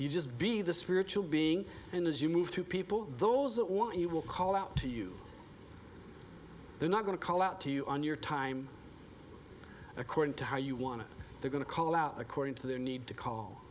you just be the spiritual being and as you move through people those that want you will call out to you they're not going to call out to you on your time according to how you want it they're going to call out according to their need to call